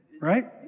Right